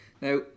Now